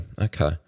okay